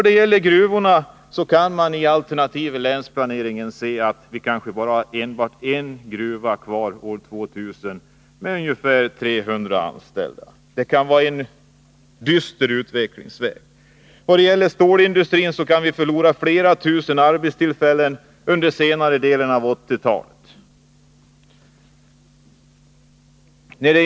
I vad gäller gruvorna kan man i alternativ länsplanering se att vi kanske har bara en gruva kvar år 2000 med ungefär 300 anställda. Det kan bli en dyster utveckling. När det gäller stålindustrin kan vi förlora flera tusen arbetstillfällen under senare delen av 1980-talet.